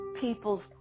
people's